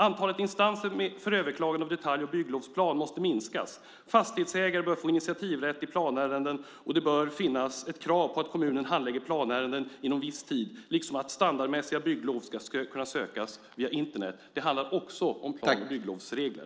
Antalet instanser för överklagande av detalj och bygglovsplaner måste minskas. Fastighetsägare bör få initiativrätt i planärenden och det bör finnas ett krav på att kommunen handlägger planärenden inom viss tid, liksom att standardmässiga bygglov ska kunna sökas via Internet. Det handlar också om plan och bygglovsregler.